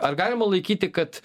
ar galima laikyti kad